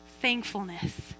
thankfulness